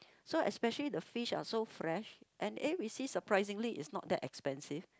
so especially the fish are so fresh and eh we see surprisingly is not that expensive